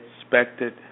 Expected